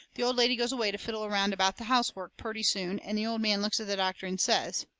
the old lady goes away to fiddle around about the housework purty soon and the old man looks at the doctor and says